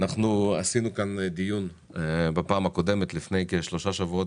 עשינו כאן דיון לפני כשלושה שבועות,